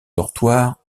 dortoirs